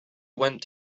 went